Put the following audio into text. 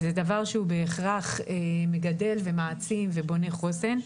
זה דבר שהוא בהכרח מגדל ומעצים ובונה חוסן.